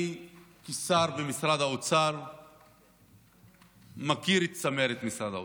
אני כשר במשרד האוצר מכיר את צמרת משרד האוצר.